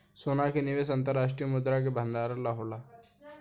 सोना के निवेश अंतर्राष्ट्रीय मुद्रा के भंडारण ला होला